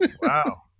Wow